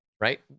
Right